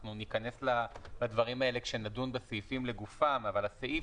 אנחנו ניכנס לדברים האלה כשנדון בדברים לגופם אבל הסעיף